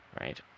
right